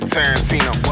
Tarantino